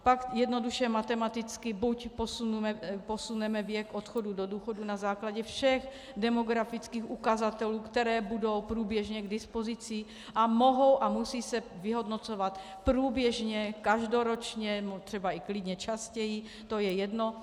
Pak jednoduše matematicky buď posuneme věk odchodu do důchodu na základě všech demografických ukazatelů, které budou průběžně k dispozici a mohou a musí se vyhodnocovat průběžně každoročně, klidně i častěji, to je jedno.